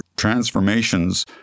transformations